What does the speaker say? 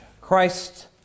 Christ